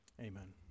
Amen